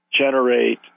generate